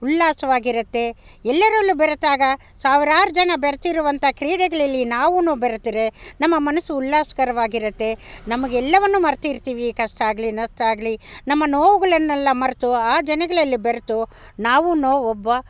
ಉಲ್ಲಾಸವಾಗಿರುತ್ತೆ ಎಲ್ಲರಲ್ಲೂ ಬೆರೆತಾಗ ಸಾವಿರಾರು ಜನ ಬೆರೆತಿರುವಂಥ ಕ್ರೀಡೆಗಳಲ್ಲಿ ನಾವುನೂ ಬೆರೆತರೆ ನಮ್ಮ ಮನಸ್ಸು ಉಲ್ಲಾಸಕರವಾಗಿರುತ್ತೆ ನಮಗೆಲ್ಲವನ್ನು ಮರೆತಿರ್ತೀವಿ ಕಷ್ಟ ಆಗಲಿ ನಷ್ಟ ಆಗಲಿ ನಮ್ಮ ನೋವುಗಳನ್ನೆಲ್ಲ ಮರೆತು ಆ ಜನಗಳಲ್ಲಿ ಬೆರೆತು ನಾವುನು ಒಬ್ಬ